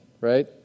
Right